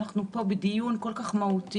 שאנחנו פה בדיון כל כך מהותי,